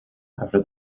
after